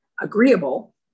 agreeable